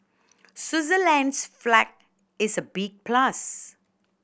Switzerland's flag is a big plus